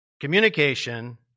communication